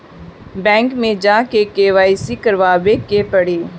Bank मे जा के के.वाइ.सी करबाबे के पड़ी?